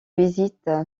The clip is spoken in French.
visite